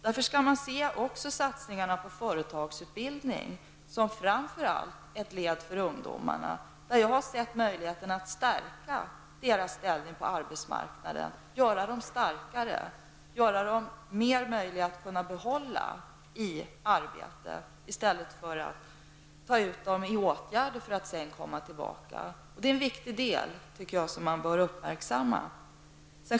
Därför skall man se satsningarna på företagsutbildning som framför allt ett led att hjälpa ungdomarna, där jag har sett en möjlighet att stärka ungdomarnas ställning på arbetsmarknaden och göra dem starkare och göra det mer möjligt för dem att behålla arbetet, i stället för att ta ut dem i åtgärder för att sedan komma tillbaka. Det är en viktig del, som jag tycker att man bör uppmärksamma.